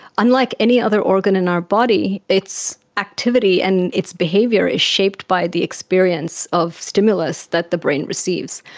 unlike any other organ in our body, its activity and its behaviour is shaped by the experience of stimulus that the brain receives.